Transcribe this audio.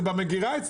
זה נמצא אצלם במגירה.